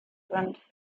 sind